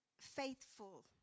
faithful